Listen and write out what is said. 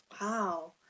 wow